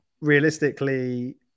realistically